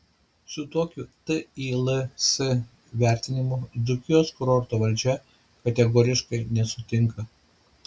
su tokiu tils vertinimu dzūkijos kurorto valdžia kategoriškai nesutinka